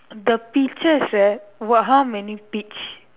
the peaches right what how many peach